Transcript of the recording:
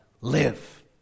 live